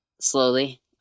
slowly